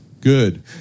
good